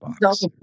box